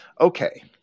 Okay